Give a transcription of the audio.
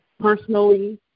personally